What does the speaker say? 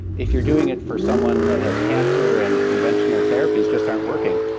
if you're doing it for someone that has cancer and conventional therapies just aren't working.